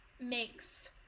makes